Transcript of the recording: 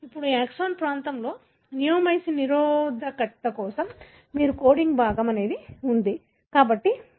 ఇప్పుడు ఆ ఎక్సోనిక్ ప్రాంతంలో నియోమైసిన్ నిరోధకత కోసం మీకు కోడింగ్ ప్రాంతం ఉంది